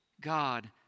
God